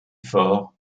fort